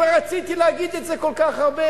רציתי להגיד את זה כבר כל כך הרבה